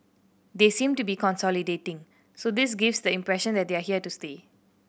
they seem to be consolidating so this gives the impression that they are here to stay